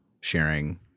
sharing